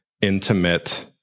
intimate